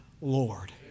Lord